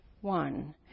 one